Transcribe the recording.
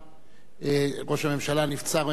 ראש הממשלה, נבצר ממנו להגיע.